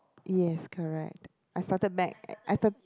yes correct I started back I started